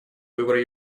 выбор